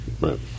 Right